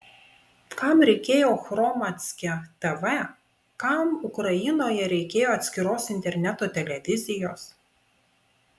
kam reikėjo hromadske tv kam ukrainoje reikėjo atskiros interneto televizijos